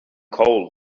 cold